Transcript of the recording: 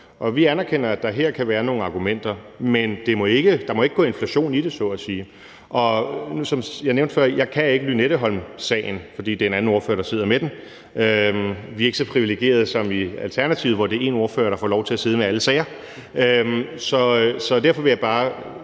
vi anerkender, at der her kan være nogle argumenter, men der må ikke gå inflation i det så at sige. Som jeg nævnte før, kan jeg ikke Lynetteholmsagen på fingrene, for det er en anden ordfører, der sidder med den. Vi er ikke så privilegerede som i Alternativet, hvor det er én ordfører, der får lov til at sidde med alle sager.